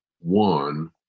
one